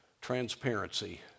transparency